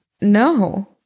No